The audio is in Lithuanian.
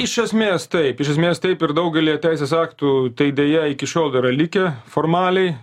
iš esmės taip iš esmės taip ir daugelyje teisės aktų tai deja iki šiol yra likę formaliai